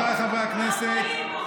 אם לא הייתי מבין את הציניות,